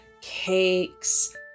cakes